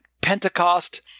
Pentecost